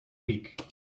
week